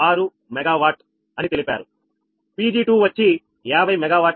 6 megawatt Pg2 వచ్చి50 megawatt